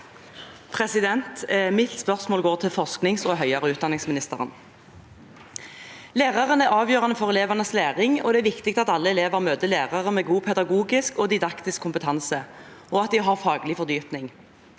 Mitt spørsmål går til forsknings- og høyere utdanningsministeren. Lærerne er avgjørende for elevenes læring. Det er viktig at alle elever møter lærere med god pedagogisk og didaktisk kompetanse, og at de har faglig fordypning.